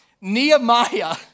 Nehemiah